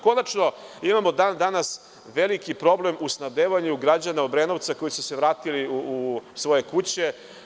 Konačno, imamo veliki problem u snabdevanju građana Obrenovca koji su se vratili u svoje kuće.